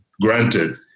granted